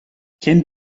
cyn